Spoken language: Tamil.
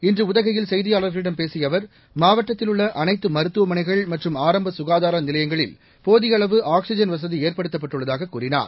இன்று உதகையில் செய்தியாளர்களிடம் பேசிய அவர் மாவட்டத்தில் உள்ள அனைத்து மருத்துவமனைகள் மற்றும் ஆர்ம்ப சுகாதார நிலையங்களில் போதிய அளவு ஆக்ஸிஜன் வசதி ஏற்படுத்தப்பட்டுள்ளதாகக் கூறினார்